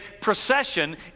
procession